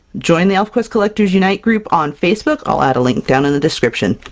join the elfquest collectors unite group on facebook! i'll add a link down in the description,